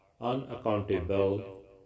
unaccountable